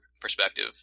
perspective